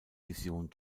vision